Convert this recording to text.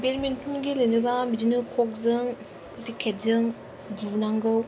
badminton गेलेनोब्ला बिदिनो ककजों रेकेटजों बुनांगौ